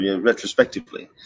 retrospectively